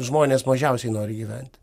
žmonės mažiausiai nori gyventi